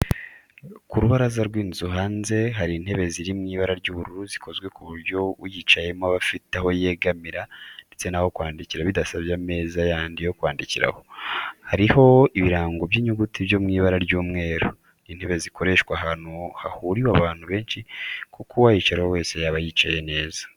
Ku rubaraza rw'inzu hanze hari intebe ziri mu ibara ry'ubururu zikozwe ku buryo uyicayeho aba afite aho yegamira ndetse n'aho kwandikira bidasabye ameza yandi yo kwandikiraho, hariho ibirango by'inyuguti byo mu ibara ry'umweru. Ni intebe zakoreshwa ahantu hahuriye abantu benshi kuko uwayicaraho wese yaba yicaye neza.